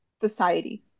society